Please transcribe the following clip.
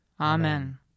Amen